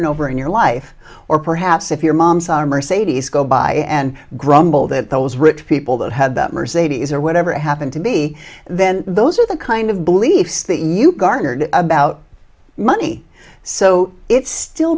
and over in your life or perhaps if your mom saw a mercedes go by and grumble that those rich people that had the mercedes or whatever happened to be then those are the kind of beliefs that you garnered about money so it's still